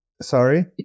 Sorry